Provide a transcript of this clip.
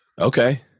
Okay